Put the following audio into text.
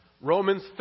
Romans